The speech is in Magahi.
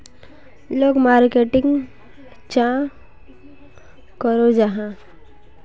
लोग मार्केटिंग चाँ करो जाहा?